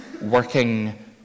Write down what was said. working